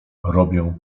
robię